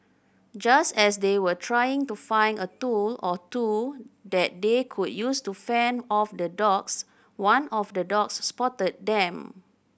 just as they were trying to find a tool or two that they could use to fend off the dogs one of the dogs spotted them